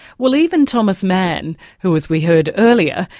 well, even thomas mann who, as we heard earlier,